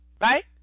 right